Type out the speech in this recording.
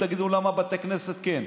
תגידו למה בתי כנסת כן,